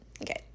okay